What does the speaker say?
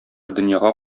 дөньяга